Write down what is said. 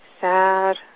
sad